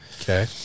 Okay